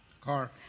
Car